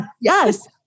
Yes